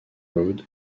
road